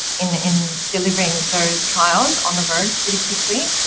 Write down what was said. in, in delivering those trials on the road pretty quickly,